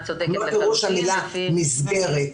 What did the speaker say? מה פירוש המילה "מסגרת".